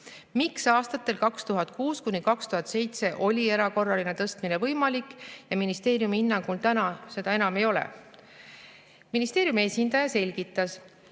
Miks aastatel 2006–2007 oli erakorraline tõstmine võimalik ja ministeeriumi hinnangul täna enam ei ole? Ministeeriumi esindaja selgitas,